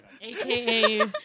AKA